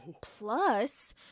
plus